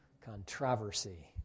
Controversy